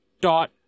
dot